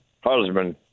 husband